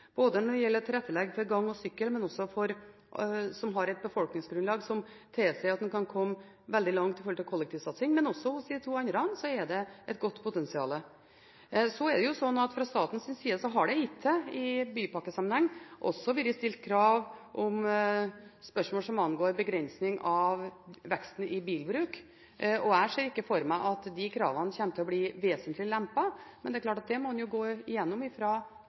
når det gjelder å tilrettelegge for gange og sykkel, og som også har et befolkningsgrunnlag som tilsier at en kan komme veldig langt med hensyn til kollektivsatsing. Men også hos de to andre er det et godt potensial. Så er det slik at fra statens side har det hittil, i bypakkesammenheng, også vært stilt krav om begrensning av veksten i bilbruk – og jeg ser ikke for meg at de kravene kommer til å bli vesentlig lempet på. Men det er klart at det må en gå igjennom,